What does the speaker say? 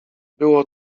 było